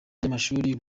by’amashuri